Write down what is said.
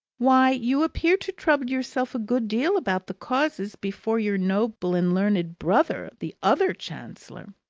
why, you appear to trouble yourself a good deal about the causes before your noble and learned brother, the other chancellor!